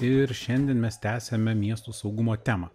ir šiandien mes tęsiame miesto saugumo temą